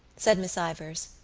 said miss ivors,